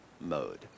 mode